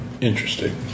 Interesting